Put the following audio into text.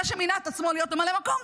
זה שמינה את עצמו להיות ממלא מקום,